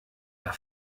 der